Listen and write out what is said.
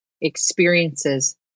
experiences